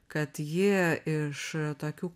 kad jie iš tokių